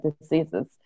diseases